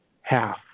half